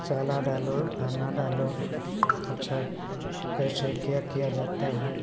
चाला डालो दाना डालो अच्छा कैसे क्या किया जाता है